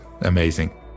amazing